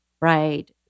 right